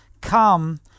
come